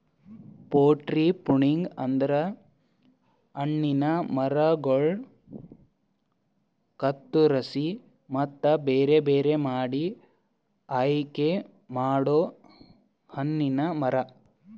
fruit tree pruning ಅಂದುರ್ ಹಣ್ಣಿನ ಮರಗೊಳ್ ಕತ್ತುರಸಿ ಮತ್ತ ಬೇರೆ ಬೇರೆ ಮಾಡಿ ಆಯಿಕೆ ಮಾಡೊ ಹಣ್ಣಿನ ಮರ